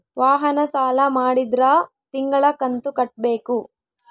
ವಾಹನ ಸಾಲ ಮಾಡಿದ್ರಾ ತಿಂಗಳ ಕಂತು ಕಟ್ಬೇಕು